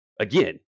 Again